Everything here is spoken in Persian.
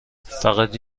فقط